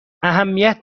اهمیت